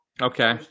Okay